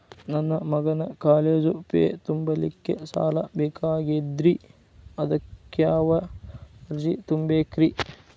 ನನ್ನ ಮಗನ college fee ತುಂಬಲಿಕ್ಕೆ ಸಾಲ ಬೇಕಾಗೆದ್ರಿ ಅದಕ್ಯಾವ ಅರ್ಜಿ ತುಂಬೇಕ್ರಿ?